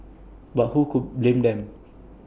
but who could blame them